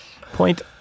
Point